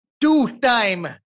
two-time